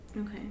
Okay